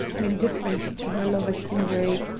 her indifference to her lover's injury,